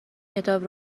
کتاب